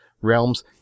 realms